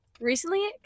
recently